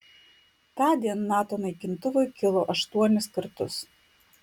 tądien nato naikintuvai kilo aštuonis kartus